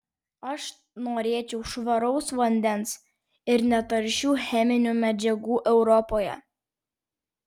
aš norėčiau švaraus vandens ir netaršių cheminių medžiagų europoje